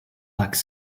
lacks